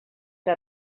que